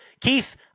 Keith